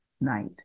night